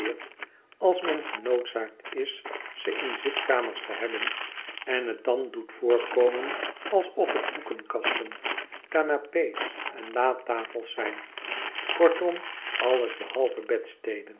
als men genoodzaakt is ze in zitkamers te hebben en het dan doet voorkomen alsof t boekenkasten canapé's en latafelszn'n kortom alles behalve